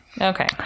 Okay